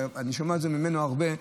ואני שומע את זה ממנו הרבה,